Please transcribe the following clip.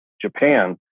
Japan